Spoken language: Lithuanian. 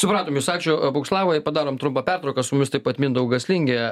supratome jus ačiū boguslavai padarom trumpą pertrauką su mumis taip pat mindaugas lingė